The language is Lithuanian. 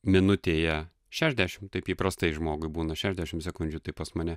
minutėje šešiasdešim taip įprastai žmogui būna šešiasdešim sekundžių tai pas mane